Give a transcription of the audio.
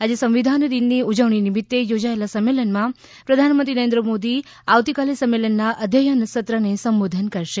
આજે સંવિધાન દિનની ઉજવણી નિમિત્તે યોજાએલા સમ્મેલનમાં પ્રધાનમંત્રી નરેન્દ્ર મોદી આવતીકાલે સંમેલનના અધ્યયન સત્રને સંબોધન કરશે